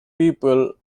people